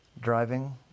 Driving